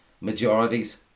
majorities